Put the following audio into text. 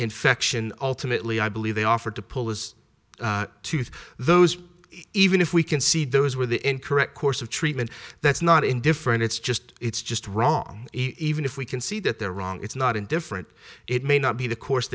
infection ultimately i believe they offered to pull as tooth those even if we can see those were the incorrect course of treatment that's not indifferent it's just it's just wrong even if we can see that they're wrong it's not indifferent it may not be the course